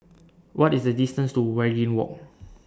What IS The distance to Waringin Walk